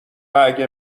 اگه